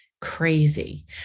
crazy